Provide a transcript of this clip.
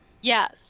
Yes